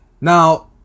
Now